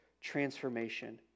transformation